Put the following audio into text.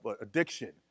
addiction